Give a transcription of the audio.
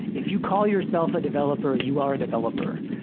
if you call yourself a developer, you are a developer.